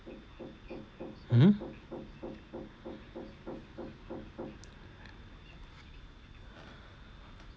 mmhmm